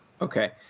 okay